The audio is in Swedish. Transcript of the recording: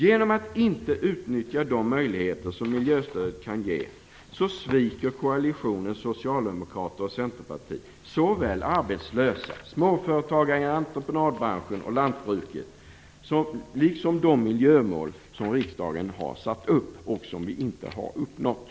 Genom att inte utnyttja de möjligheter som miljöstödet kan ge sviker koalitionen, socialdemokraterna och centerpartiet, såväl arbetslösa, småföretagare i entreprenadbranschen och lantbruket liksom de miljömål som riksdagen har satt upp och som inte har uppnåtts.